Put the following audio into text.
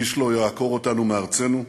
איש לא יעקור אותנו מארצנו,